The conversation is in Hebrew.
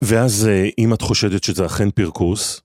ואז אם את חושדת שזה אכן פרכוס...